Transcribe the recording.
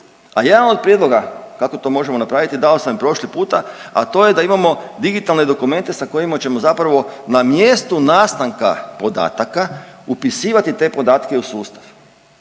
a jedan od prijedloga kako to možemo napraviti dao sam i prošli puta, a to je da imamo digitalne dokumente sa kojima ćemo zapravo na mjestu nastanka podataka upisivati te podatke u sustav